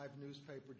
newspaper